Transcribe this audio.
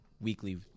weekly